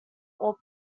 all